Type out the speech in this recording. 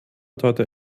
torte